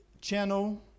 channel